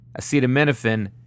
Acetaminophen